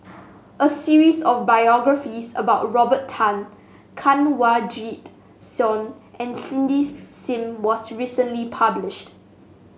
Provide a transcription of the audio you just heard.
a series of biographies about Robert Tan Kanwaljit Soin and Cindy Sim was recently published